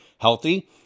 healthy